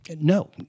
no